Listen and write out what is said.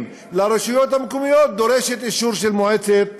לרשויות המקומיות דורשת אישור של מועצת הרשות.